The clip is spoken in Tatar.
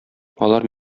алар